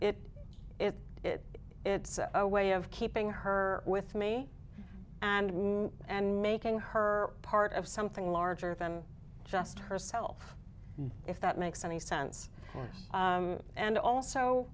it is it it's a way of keeping her with me and me and making her part of something larger than just herself if that makes any sense and also